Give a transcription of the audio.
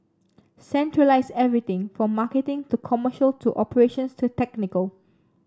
centralise everything from marketing to commercial to operations to technical